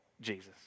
Jesus